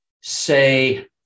say